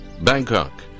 Bangkok